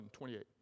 28